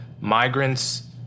Migrants